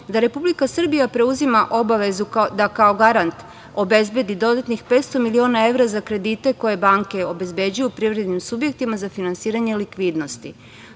da Republika Srbija preuzima obavezu da kao garant obezbedi dodatnih 500 miliona evra za kredite koje banke obezbeđuju privrednim subjektima za finansiranje likvidnosti. Drugi